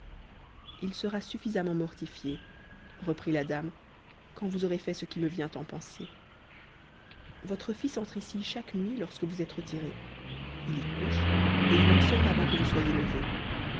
h sera suffisamment mortifié reprit la dame quand vous aurez fait ce qui me vient en pensée votre fils entre ici chaque nuit lorsque vous êtes retiré il y couche et il en sort avant que vous soyez levé